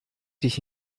dich